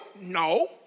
No